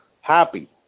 happy